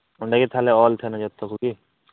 ᱚᱸᱰᱮ ᱜᱮ ᱛᱟᱦᱞᱮ ᱚᱞ ᱛᱟᱸᱦᱮᱱᱟ ᱡᱚᱛᱚ ᱠᱚᱜᱮ